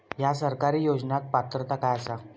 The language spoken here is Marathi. हया सरकारी योजनाक पात्रता काय आसा?